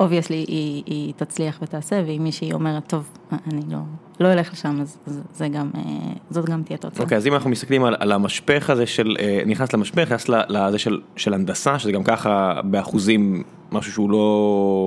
אובייסלי היא תצליח ותעשה והיא מישהי אומרת טוב אני לא לא הולכת לשם זה זה גם זאת גם תהיה תוצאה אוקיי אז אם אנחנו מסתכלים על על המשפחה של נכנס למשפחה של הנדסה שזה גם ככה באחוזים משהו שהוא לא...